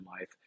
life